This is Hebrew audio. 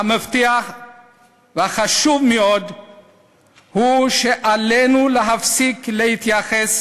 המפתח החשוב מאוד הוא שעלינו להפסיק להתייחס